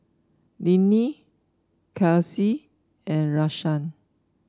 Linnie Kelsea and Rashaan